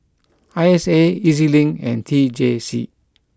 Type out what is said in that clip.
I S A E Z Link and T J C